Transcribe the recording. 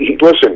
listen